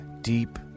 deep